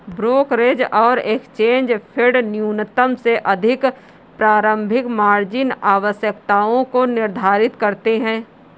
brokerage और exchange फेडन्यूनतम से अधिक प्रारंभिक मार्जिन आवश्यकताओं को निर्धारित करते हैं